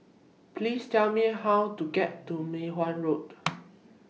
Please Tell Me How to get to Mei Hwan Road